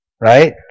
right